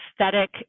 aesthetic